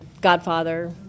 Godfather